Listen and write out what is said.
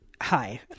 Hi